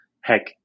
Heck